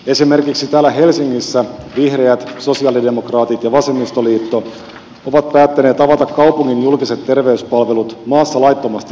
esimerkiksi täällä helsingissä vihreät sosialidemokraatit ja vasemmistoliitto ovat päättäneet avata kaupungin julkiset terveyspalvelut maassa laittomasti oleskeleville ihmisille